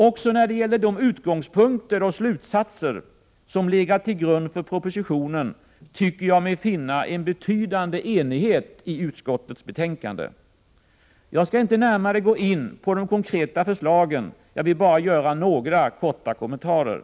Också när det gäller de utgångspunkter och slutsatser som legat till grund för propositionen tycker jag mig finna en betydande enighet i utskottets betänkande. Jag skall inte gå närmare in på de konkreta förslagen. Jag vill bara göra några korta kommentarer.